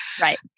right